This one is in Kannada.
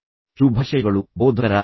ಶುಭಾಶಯಗಳು ಬೋಧಕರ ಹೆಸರು